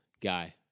guy